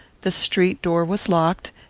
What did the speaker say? the street door was locked,